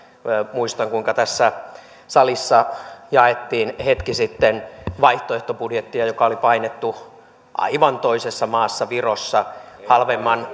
muistan kuinka tässä salissa jaettiin hetki sitten vaihtoehtobudjettia joka oli painettu aivan toisessa maassa virossa halvemman